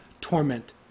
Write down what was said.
torment